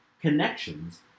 connections